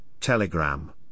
Telegram